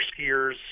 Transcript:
skiers